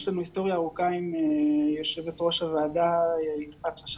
יש לנו היסטוריה ארוכה עם יושבת ראש הוועדה יפעת שאשא